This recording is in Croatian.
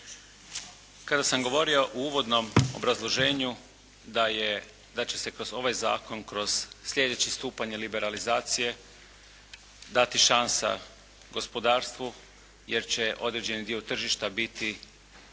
Kada sam govorio u uvodnom obrazloženju da će se kroz ovaj zakon kroz slijedeći stupanj liberalizacije dati šansu gospodarstvu jer će određeni dio tržišta biti